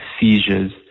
seizures